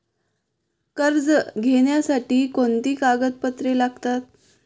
कर्ज घेण्यासाठी कोणती कागदपत्रे लागतात?